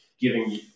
giving